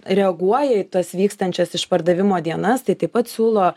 reaguoja į tas vykstančias išpardavimo dienas tai taip pat siūlo